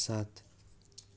सात